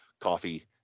coffee